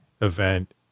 event